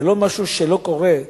זה לא משהו שלא קורה,